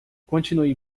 continue